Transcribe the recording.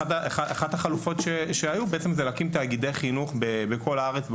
אחת החלופות שהוצעו הייתה הקמת תאגידי חינוך בכל הארץ,